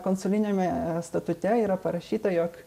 konsuliniame statute yra parašyta jog